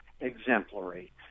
exemplary